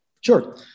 Sure